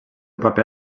paper